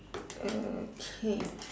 okay